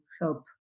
help